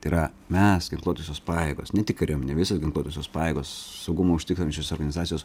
tai yra mes ginkluotosios pajėgos ne tik kariuomenė visos ginkluotosios pajėgos saugumą užtikrinančios organizacijos